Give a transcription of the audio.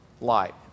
light